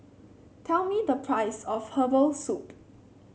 tell me the price of Herbal Soup